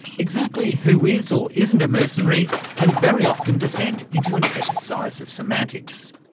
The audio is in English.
exactly who is or isn't a mercenary can very often descend into an exercise of semantics.